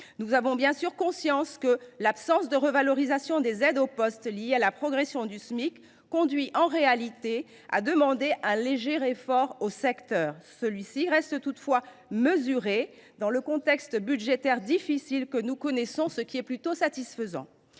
Nous avons bien sûr conscience que l’absence de revalorisation des aides au poste en parallèle de celle du Smic conduit en réalité à demander un léger effort au secteur. Celui ci reste toutefois mesuré dans le contexte budgétaire difficile que nous connaissons, ce qui est plutôt satisfaisant.